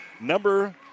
Number